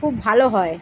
খুব ভালো হয়